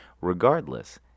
Regardless